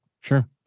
sure